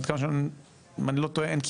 אם אני לא טועה,